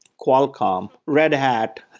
qualcom, red hat,